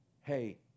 hey